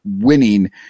winning